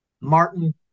Martin